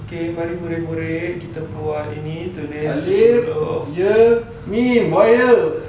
okay mari murid-murid kita buat ini